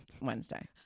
Wednesday